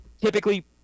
typically